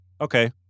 okay